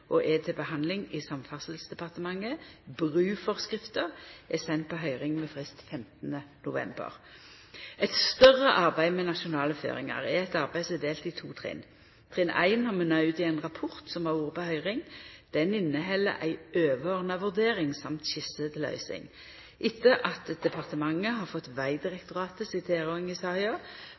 og er til handsaming i Samferdselsdepartementet. Bruforskrifta er send på høyring med frist 15. november. Eit større arbeid med nasjonale føringar er eit arbeid som er delt i to trinn. Trinn 1 har munna ut i ein rapport som har vore på høyring. Den inneheld ei overordna vurdering og ei skisse til løysing. Etter at departementet har fått Vegdirektoratet si tilråding i